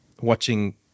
watching